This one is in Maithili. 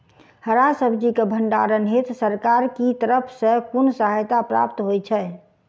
हरा सब्जी केँ भण्डारण हेतु सरकार की तरफ सँ कुन सहायता प्राप्त होइ छै?